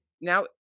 Now